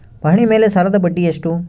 ಪಹಣಿ ಮೇಲೆ ಸಾಲದ ಬಡ್ಡಿ ಎಷ್ಟು?